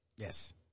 Yes